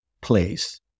place